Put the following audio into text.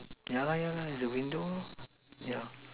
yeah lah yeah lah the window